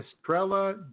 Estrella